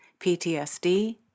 PTSD